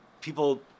people